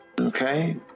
Okay